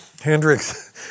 Hendrix